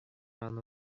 аны